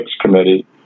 committee